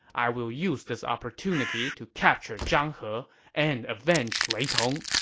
i will use this opportunity to capture zhang he and avenge lei tong.